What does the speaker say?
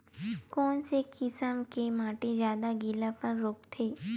कोन से किसम के माटी ज्यादा गीलापन रोकथे?